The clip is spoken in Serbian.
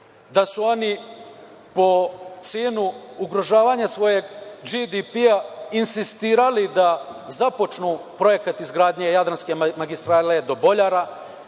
da su oni po cenu ugrožavanja svoje BDP-a insistirali da započnu projekat izgradnje Jadranske magistrale do Boljara